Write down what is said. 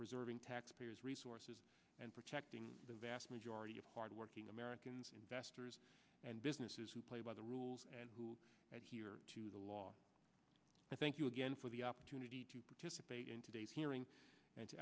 preserving taxpayers resources and protecting the vast majority of hardworking americans investors and businesses who play by the rules and who adhere to the law i thank you again for the opportunity to participate in today's hearing and